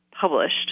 published